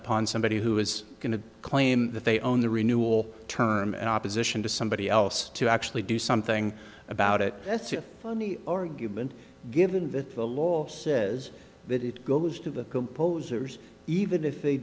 upon somebody who is going to claim that they own the renewal term in opposition to somebody else to actually do something about it that's a funny argument given that the law says that it goes to the composers even if they